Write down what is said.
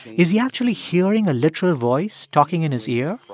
is he actually hearing a literal voice talking in his ear?